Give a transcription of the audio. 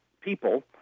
people